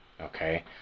Okay